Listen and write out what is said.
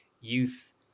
youth